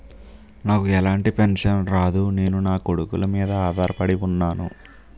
నాకు ఎలాంటి పెన్షన్ రాదు నేను నాకొడుకుల మీద ఆధార్ పడి ఉన్నాను